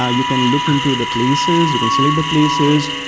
ah you can look into the places, you can select the places,